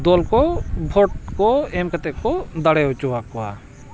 ᱫᱚᱞ ᱠᱚ ᱵᱷᱳᱴ ᱠᱚ ᱮᱢ ᱠᱟᱛᱮᱜ ᱠᱚ ᱫᱟᱲᱮ ᱦᱚᱪᱚ ᱟᱠᱚᱣᱟ